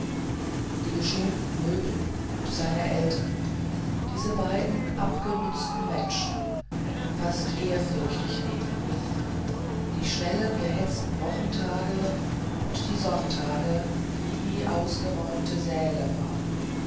die geschonten möbel und seine eltern diese beiden abgenützten menschen fast ehrfürchtig neben ihnen die schnellen gehetzten wochentage und die sonntage die wie ausgeräumte säle waren